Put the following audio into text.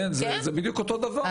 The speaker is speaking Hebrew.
זה בדיוק אותו דבר,